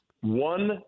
One